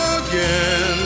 again